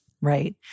Right